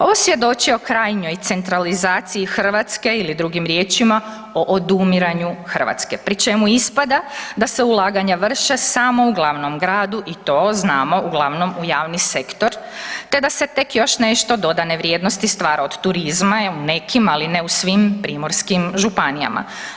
Ovo svjedoči o krajnjoj centralizaciji Hrvatske ili drugim riječima, o odumiranju Hrvatske, pri čemu ispada da se ulaganja vrše samo u glavnom gradu i to znamo, uglavnom u javni sektor te da se tek još nešto dodane vrijednosti stvara od turizma, u nekima, ali ne u svim primorskim županijama.